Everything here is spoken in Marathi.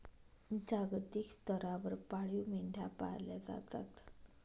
जागतिक स्तरावर पाळीव मेंढ्या पाळल्या जातात